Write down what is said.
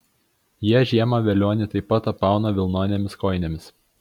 jie žiemą velionį taip pat apauna vilnonėmis kojinėmis